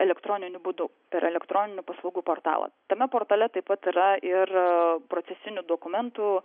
elektroniniu būdu per elektroninių paslaugų portalą tame portale taip pat yra ir procesinių dokumentų